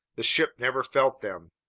the ship never felt them.